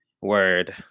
Word